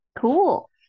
cool